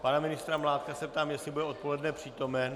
Pana ministra Mládka se ptám, jestli bude odpoledne přítomen?